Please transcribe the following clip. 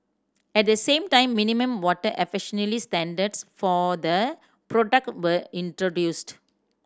at the same time minimum water efficiency standards for the product were introduced